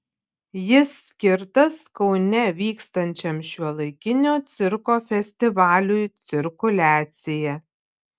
jis skirtas kaune vykstančiam šiuolaikinio cirko festivaliui cirkuliacija